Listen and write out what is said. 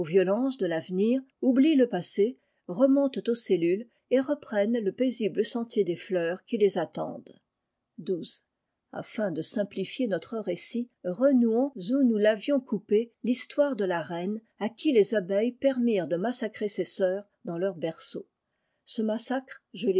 violences de tavenir oublient le passé remontent aux cellules et reprennent le paisible sentier des fleurs qui les attendent xii afin de simplifier notre récit renouons où nous l'avions coupée l'histoire de la reine à qui les abeilles permirent de massacrer ses sœurs dans leurs berceaux ce massacre je